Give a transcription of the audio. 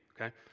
okay